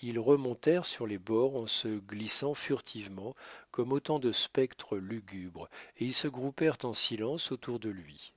ils remontèrent sur les bords en se glissant furtivement comme autant de spectres lugubres et ils se groupèrent en silence autour de lui